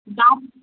दाम